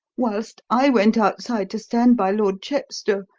whilst i went outside to stand by lord chepstow,